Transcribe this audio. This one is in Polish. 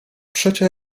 przecie